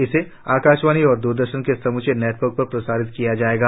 इसे आकाशवाणी और द्रदर्शन के समूचे नटवर्क पर प्रसारित किया जायेगा